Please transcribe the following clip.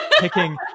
picking